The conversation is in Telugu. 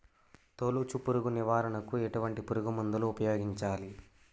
తొలుచు పురుగు నివారణకు ఎటువంటి పురుగుమందులు ఉపయోగించాలి?